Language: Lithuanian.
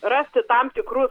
rasti tam tikrus